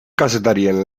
kazetarien